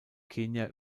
kenia